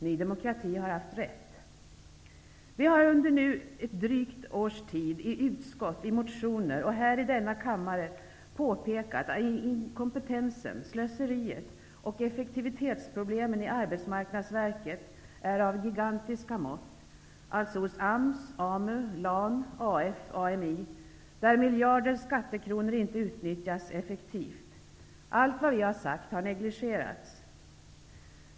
Ny demokrati har haft rätt. Vi har nu under drygt ett års tid, i utskott, i motioner och här i denna kammare påpekat att inkompetensen, slöseriet och effektivitetsproblemen i Arbetsmarknadsverket är av gigantiska mått -- alltså hos AMS, AMU, LAN, AF och AMI, där miljarder skattekronor inte utnyttjas effektivt. Allt vad vi sagt har negligerats.